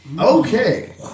Okay